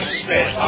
spit